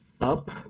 up